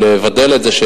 ולבדל את זה,